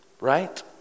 Right